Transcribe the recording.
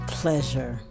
pleasure